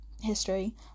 history